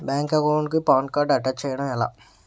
Bank account కి PAN card attach చేయడం ఎలా?